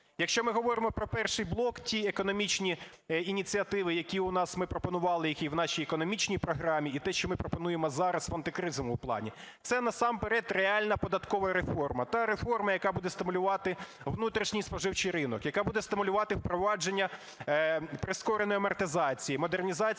Якщо ми говоримо про перший блок, ті економічні ініціативи, які у нас, ми пропонували їх і в нашій економічній програмі, і те, що ми пропонуємо зараз в антикризовому плану, - це насамперед реальна податкова реформа. Та реформа, яка буде стимулювати внутрішній споживчий ринок, яка буде стимулювати впровадження прискореної амортизації, модернізації